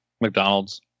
McDonald's